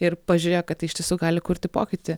ir pažiūrėjo kad tai iš tiesų gali kurti pokytį